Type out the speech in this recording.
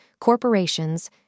corporations